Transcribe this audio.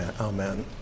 Amen